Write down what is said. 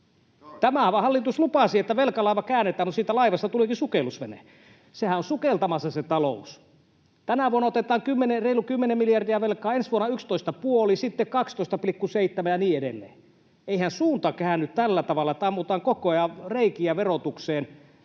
Tämä hallitus lupasi, että velkalaiva käännetään, mutta siitä laivasta tulikin sukellusvene. Taloushan on sukeltamassa. Tänä vuonna otetaan reilu kymmenen miljardia velkaa, ensi vuonna yksitoista ja puoli, sitten 12,7 ja niin edelleen. Eihän suunta käänny tällä tavalla, että ammutaan koko ajan reikiä verotukseen.